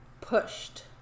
pushed